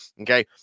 okay